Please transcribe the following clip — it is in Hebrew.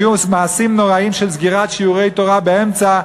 והיו מעשים נוראים של סגירת שיעורי תורה באמצע,